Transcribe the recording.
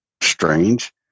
strange